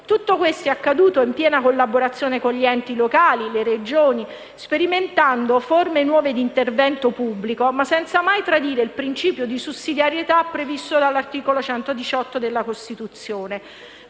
Tutto questo è accaduto in piena collaborazione con gli enti locali e le Regioni, sperimentando forme nuove di intervento pubblico, ma senza mai tradire il principio di sussidiarietà previsto dall'articolo 118 della Costituzione;